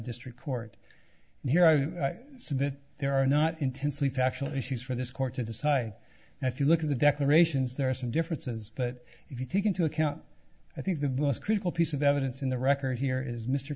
district court here i submit there are not intensely factual issues for this court to decide and if you look at the declarations there are some differences but if you take into account i think the most critical piece of evidence in the record here is mr